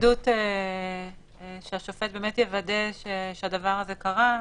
אין לנו התנגדות שהשופט יוודא שהדבר הזה קרה,